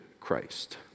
Christ